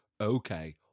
okay